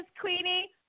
Queenie